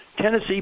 Tennessee